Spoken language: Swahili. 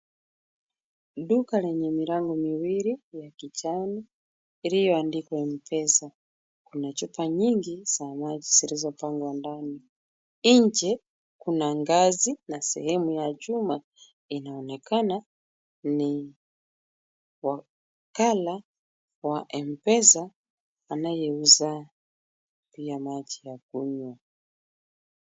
Duka lenye milango miwili ya kijani, iliyoandikwa m-pesa. Kuna chupa nyingi za maji zilizopangwa ndani. Nje kuna ngazi na sehemu ya chuma, inaonekana ni wakala wa m-pesa anayeuza pia maji ya kunywa.